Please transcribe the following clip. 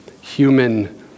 human